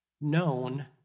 known